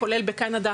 כולל בקנדה,